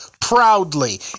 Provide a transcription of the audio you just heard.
proudly